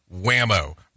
whammo